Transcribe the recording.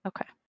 okay